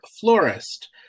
florist